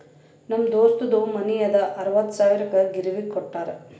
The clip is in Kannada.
ನಮ್ ದೋಸ್ತದು ಮನಿ ಅದಾ ಅರವತ್ತ್ ಸಾವಿರಕ್ ಗಿರ್ವಿಗ್ ಕೋಟ್ಟಾರ್